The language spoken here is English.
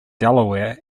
delaware